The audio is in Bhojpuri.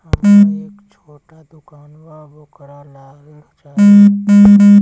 हमरा एक छोटा दुकान बा वोकरा ला ऋण चाही?